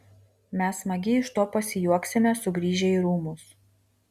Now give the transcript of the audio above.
mes smagiai iš to pasijuoksime sugrįžę į rūmus